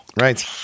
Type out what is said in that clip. Right